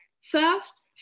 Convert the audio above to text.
first